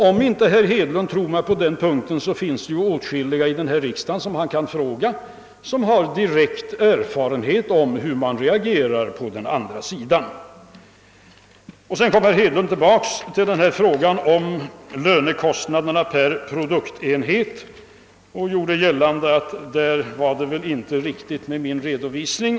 Om herr Hedlund inte tror mig på den punkten, finns det här i riksdagen åtskilliga ledamöter med direkta erfarenheter av hur man reagerar på den andra sidan, som han kan fråga. enhet och gjorde gällande att min redovisning inte var helt korrekt.